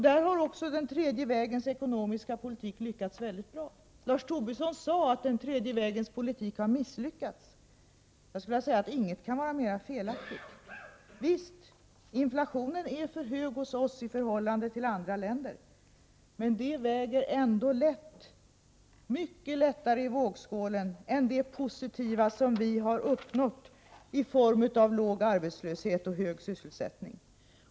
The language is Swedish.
Där har också den tredje vägens ekonomiska politik lyckats väldigt bra. Lars Tobisson sade att den tredje vägens politik har misslyckats. Jag skulle vilja säga att inget kan vara mera felaktigt. Visst, inflationen är för hög hos oss i förhållande till andra länder, men det väger ändå mycket lättare i vågskålen än det positiva som vi har uppnått i form av låg arbetslöshet och hög sysselsättning.